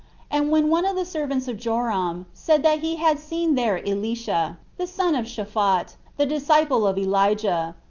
and when one of the servants of joram said that he had seen there elisha, the son of shaphat, the disciple of elijah,